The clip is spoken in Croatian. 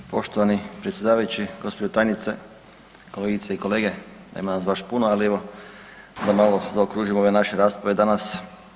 Poštovani predsjedavajući, gđo. tajnice, kolegice i kolege, nema nas baš puno ali evo da malo zaokružimo naše rasprave danas.